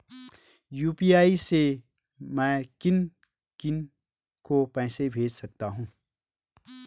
UPI से मैं किन किन को पैसे भेज सकता हूँ?